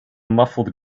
muffled